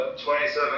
27